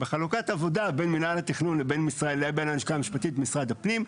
בחלוקת העבודה בין מינהל התכנון לבין הלשכה המשפטית במשרד הפנים,